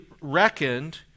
reckoned